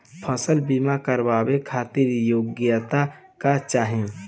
फसल बीमा करावे खातिर योग्यता का चाही?